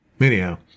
Anyhow